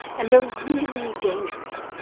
and they're really dangerous.